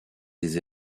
des